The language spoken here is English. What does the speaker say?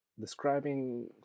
Describing